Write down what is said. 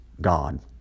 God